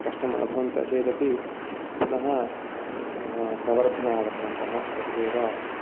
कष्टम् अनुभवन्तः चेदपि पुनः प्रवर्धने आगतवन्तः एतदेव